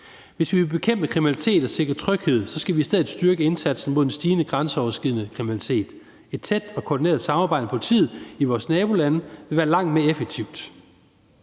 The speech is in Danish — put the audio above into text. Hvis vi vil bekæmpe kriminalitet og sikre tryghed, skal vi i stedet styrke indsatsen mod den stigende grænseoverskridende kriminalitet. Et tæt og koordineret samarbejde med politiet i vores nabolande vil være langt mere effektivt.